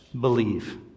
believe